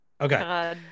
Okay